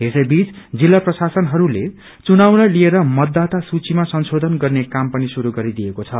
यसै बीच जिल्ला प्रशासनहरूले चुनाउलाई लिएर मतदाता सूचिमा संशोधन गर्ने काम पनि शुरू गरिदिएको छ